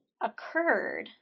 occurred